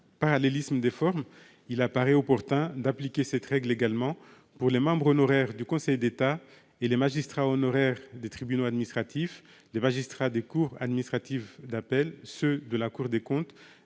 parallélisme des formes, il apparaît opportun d'appliquer cette règle également pour les membres honoraires du Conseil d'État et les magistrats honoraires des tribunaux administratifs et des cours administratives d'appel, de la Cour des comptes